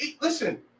Listen